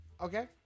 Okay